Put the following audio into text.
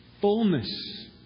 fullness